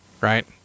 right